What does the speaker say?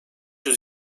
yüz